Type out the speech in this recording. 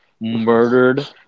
murdered